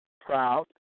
proud